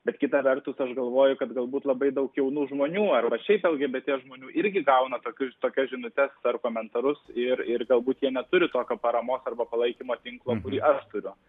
bet kita vertus aš galvoju kad galbūt labai daug jaunų žmonių arba šiaip lgbt žmonių irgi gauna tokius tokias žinutes ar komentarus ir ir galbūt jie neturi tokio paramos arba palaikymo tinklo kurį aš turiu